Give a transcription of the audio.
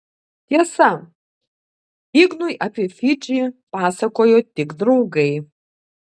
tiesa ignui apie fidžį pasakojo tik draugai